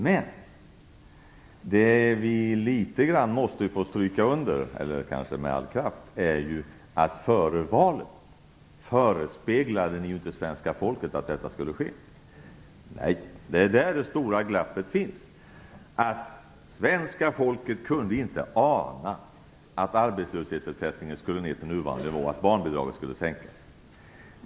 Men det man med all kraft måste stryka under är att ni före valet inte förespeglade svenska folket att det var detta som skulle ske. Det är där det stora glappet finns. Svenska folket kunde inte ana att arbetslöshetsersättningen skulle ned till nuvarande nivå eller att barnbidragen skulle sänkas.